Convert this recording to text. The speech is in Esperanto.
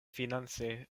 finance